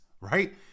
right